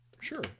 Sure